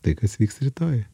tai kas vyks rytoj